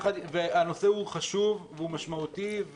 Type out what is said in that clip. הנושא הוא חשוב, והוא משמעותי.